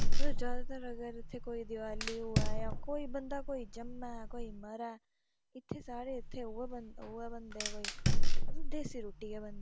मतलव जैदातर अगर इत्थे कोई दिवाली होऐ जां कोई बन्दा कोई जम्मै कोई मरै इत्थे साढ़ै इत्थै उऐ बन उयै बनदे कोई मतलव देस्सी रुट्टी गै बनदी